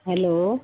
hello